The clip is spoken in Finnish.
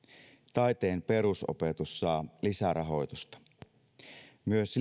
taiteen perusopetus saa lisärahoitusta myös